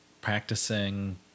practicing